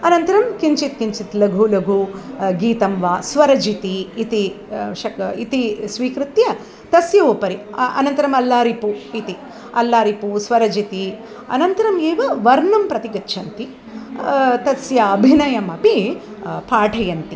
अनन्तरं किञ्चित् किञ्चित् लघु लघु गीतं वा स्वरजिति इति शक् इति स्वीकृत्य तस्य उपरि अ अनन्तरम् अल्लारिपु इति अल्लारिपु स्वरजिति अनन्तरमेव वर्णं प्रति गच्छन्ति तस्य अभिनयमपि पाठयन्ति